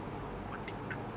more thick